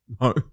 No